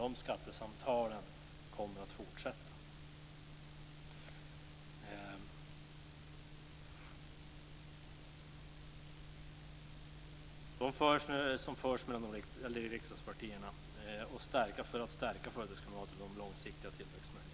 Jag ska göra Karin Pilsäter, som tyvärr aldrig har tid att stanna i kammaren och lyssna, besviken genom att säga att dessa skattesamtal kommer att fortsätta.